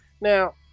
Now